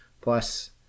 plus